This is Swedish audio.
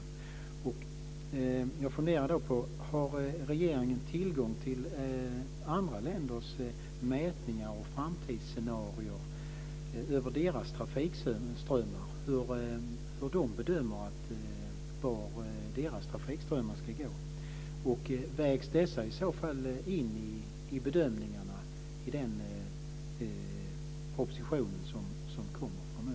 Jag funderar på om regeringen har tillgång till andra länders mätningar och framtidsscenarier när det gäller deras trafikströmmar. Hur bedömer de var deras trafikströmmar ska gå? Vägs detta i så fall in i bedömningarna i den proposition som kommer framöver?